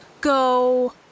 go